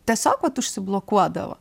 tiesiog vat užsiblokuodavo